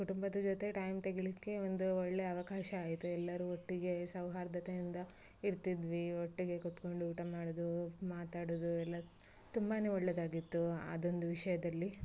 ಕುಟುಂಬದ ಜೊತೆ ಟೈಮ್ ತೆಗೀಲಿಕ್ಕೆ ಒಂದು ಒಳ್ಳೆ ಅವಕಾಶ ಆಯಿತು ಎಲ್ಲರೂ ಒಟ್ಟಿಗೆ ಸೌಹಾರ್ದತೆಯಿಂದ ಇರ್ತಿದ್ವಿ ಒಟ್ಟಿಗೆ ಕೂತ್ಕೊಂಡು ಊಟ ಮಾಡೋದು ಮಾತಾಡೋದು ಎಲ್ಲಾ ತುಂಬಾ ಒಳ್ಳೆದಾಗಿತ್ತು ಅದೊಂದು ವಿಷಯದಲ್ಲಿ